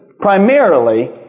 primarily